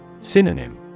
Synonym